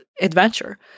adventure